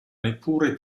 neppure